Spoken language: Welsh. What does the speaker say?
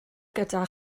gyda